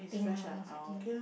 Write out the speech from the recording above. I think ah it's okay